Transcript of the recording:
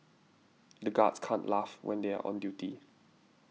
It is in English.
the guards can't laugh when they are on duty